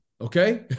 Okay